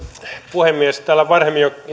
puhemies täällä varhemmin jo